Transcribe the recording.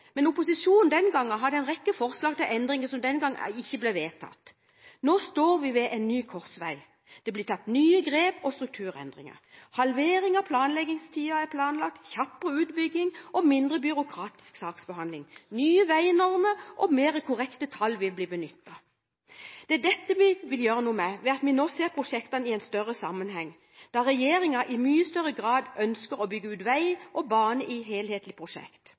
men opposisjonen den gang hadde en rekke forslag til endringer som ikke ble vedtatt. Nå står vi ved en ny korsvei. Det blir tatt nye grep og gjort strukturendringer. Vi planlegger en halvering av planleggingstiden, kjappere utbygging, mindre byråkratisk saksbehandling og nye veinormer, og mer korrekte tall vil bli benyttet. Det er dette vi vil gjøre noe med ved at vi nå ser prosjektene i en større sammenheng, for regjeringen ønsker i mye større grad å bygge ut vei og bane i helhetlige prosjekt.